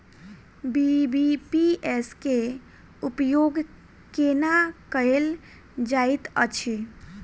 BBPS केँ उपयोग केना कएल जाइत अछि?